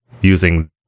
using